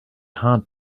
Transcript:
hard